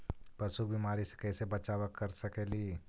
पशु के बीमारी से कैसे बचाब कर सेकेली?